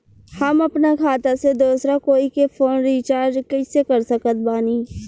हम अपना खाता से दोसरा कोई के फोन रीचार्ज कइसे कर सकत बानी?